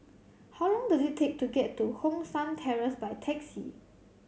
how long does it take to get to Hong San Terrace by taxi